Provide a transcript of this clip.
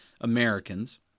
Americans